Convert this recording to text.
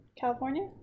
California